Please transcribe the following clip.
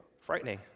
frightening